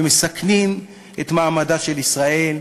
ומסכנים את מעמדה של ישראל,